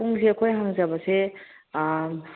ꯄꯨꯡꯁꯦ ꯑꯩꯈꯣꯏ ꯍꯥꯡꯖꯕꯁꯦ